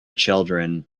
children